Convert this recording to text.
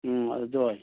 ꯎꯝ ꯑꯗꯨꯗ ꯑꯣꯏ